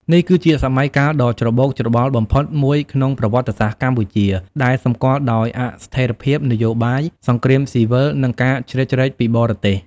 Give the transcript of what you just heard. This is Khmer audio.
នេះគឺជាសម័យកាលដ៏ច្របូកច្របល់បំផុតមួយក្នុងប្រវត្តិសាស្ត្រកម្ពុជា ដែលសម្គាល់ដោយអស្ថិរភាពនយោបាយ សង្គ្រាមស៊ីវិល និងការជ្រៀតជ្រែកពីបរទេស។